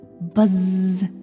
buzz